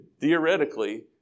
theoretically